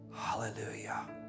Hallelujah